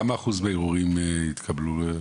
כמה אחוז בערעורים התקבלו?